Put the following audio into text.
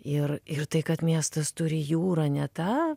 ir ir tai kad miestas turi jūrą ne tą